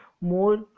more